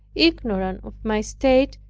ignorant of my state,